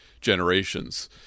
generations